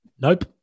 Nope